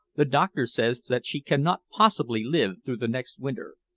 the doctor says that she cannot possibly live through the next winter.